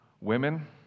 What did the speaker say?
women